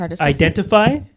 identify